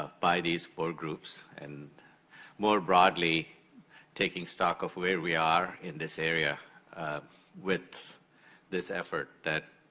ah by these four groups, and more broadly taking stock of where we are in this area with this effort that